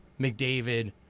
McDavid